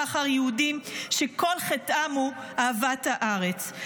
אחר יהודים שכל חטאם הוא אהבת הארץ.